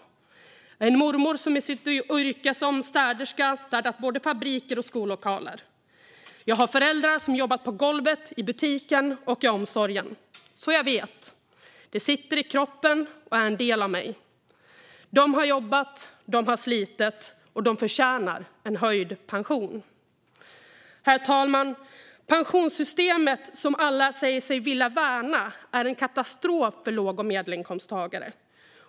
Jag har en mormor som i sitt yrke som städerska städat både fabriker och skollokaler. Jag har föräldrar som har jobbat på golvet i butiken och i omsorgen. Jag vet. Detta sitter i kroppen och är en del av mig. De har jobbat. De har slitit, och de förtjänar en höjd pension. Herr talman! Pensionssystemet, som alla säger sig vilja värna, är en katastrof för låg och medelinkomsttagare.